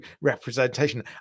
representation